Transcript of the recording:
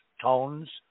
tones